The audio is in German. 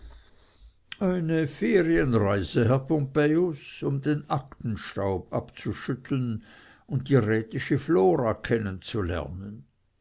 eine ferienreise herr pompejus um den aktenstaub abzuschütteln und die rätische flora kennenzulernen